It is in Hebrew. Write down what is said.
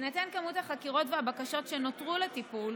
בהינתן כמות החקירות והבקשות שנותרו לטיפול,